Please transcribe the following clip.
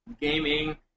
gaming